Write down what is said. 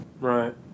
Right